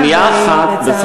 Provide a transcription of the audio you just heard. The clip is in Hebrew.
שנייה אחת.